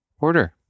order